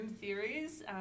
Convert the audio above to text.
theories